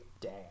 dad